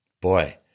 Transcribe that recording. Boy